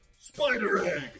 Spider-Egg